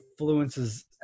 influences